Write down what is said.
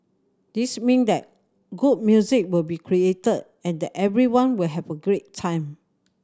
this mean that good music will be created and that everyone will have a great time